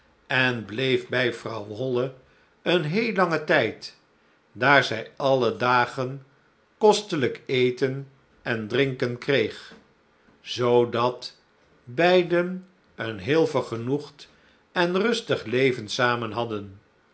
en bleef bij vrouw holle een heel langen tijd daar zij alle dagen kostelijk eten en drinken kreeg zaodat beiden een heel vergenoegd en rustig leven zamen hadden